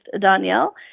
Danielle